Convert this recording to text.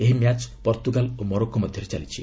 ଏହି match Portugal ଓ Morocco ମଧ୍ୟରେ ଚାଲିଛି